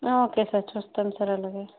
ఆ okay sir చేప్తాము sir అలాగే